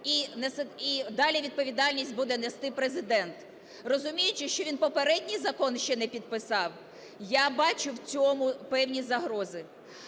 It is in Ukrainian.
і далі відповідальність буде нести Президент. Розуміючи, що він попередній закон ще не підписав, я бачу в цьому певні загрози.